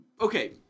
Okay